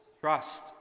Trust